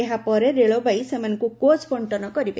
ଏହାପରେ ରେଳବାଇ ସେମାନଙ୍କୁ କୋଚ୍ ବଣ୍ଟନ କରିବେ